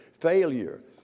failure